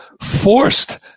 forced